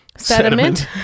sediment